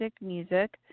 music